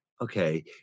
okay